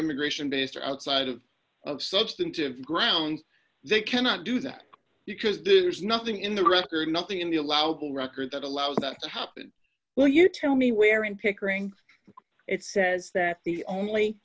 immigration based outside of of substantive grounds they cannot do that because there's nothing in the record nothing in the allowable record that allows that to happen well you tell me where in pickering it says that the only